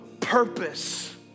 purpose